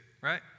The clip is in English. right